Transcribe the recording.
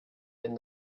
wenn